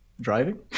Driving